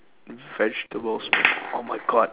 vegetables oh my god